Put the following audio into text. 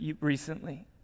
recently